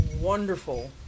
wonderful